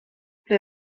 ble